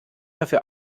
dafür